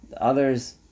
Others